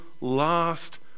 last